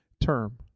term